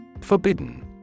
Forbidden